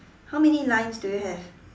how many lines do you have